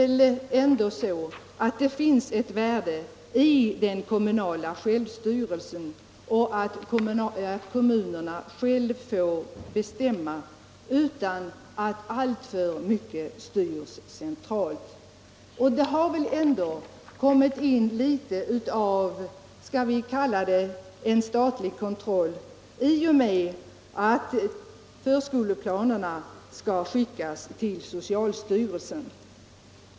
Det finns väl ändå ett värde i den kommunala självstyrelsen, att kommunerna själva får bestämma utan att alltför mycket styrs centralt. Det har väl ändå kommit in litet av — skall vi kalla det — en statlig kontroll i och med att förskoleplanerna skall skickas till socialstyrelsen.